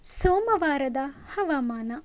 ಸೋಮವಾರದ ಹವಾಮಾನ